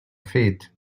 feet